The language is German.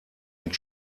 mit